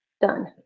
done